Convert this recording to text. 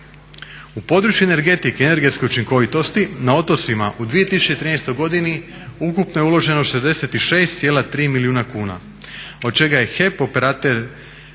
U području energetike i energetske učinkovitosti na otocima u 2013. godini ukupno je uloženo 66,3 milijuna kuna od čega je HEP operator